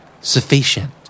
Sufficient